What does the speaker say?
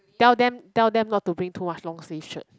tell them tell them not to bring too much long sleeve shirt